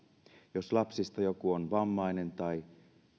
jos lapsista joku on vammainen tai